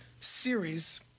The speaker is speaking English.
series